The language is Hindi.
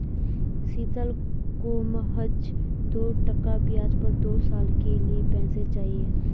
शीतल को महज दो टका ब्याज पर दो साल के लिए पैसे चाहिए